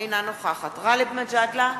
אינה נוכחת גאלב מג'אדלה,